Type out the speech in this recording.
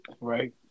Right